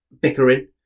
bickering